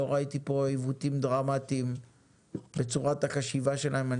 לא ראיתי פה עיוותים דרמטיים בצורת החשיבה שלהם.